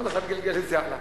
כל אחד גלגל את זה הלאה.